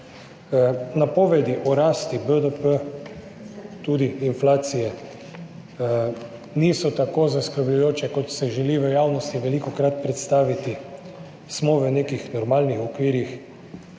Napovedi o rasti BDP, tudi inflacije, niso tako zaskrbljujoče, kot se želi v javnosti velikokrat predstaviti. Smo v nekih normalnih okvirih.